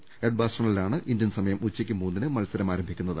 ഏഡ്ബാസ്റ്റണിലാണ് ഇന്ത്യൻസമയം ഉച്ചയ്ക്ക് മൂന്നിന് മത്സരം ആരംഭിക്കുന്നത്